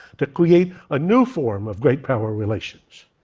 to create a new form of great power relations?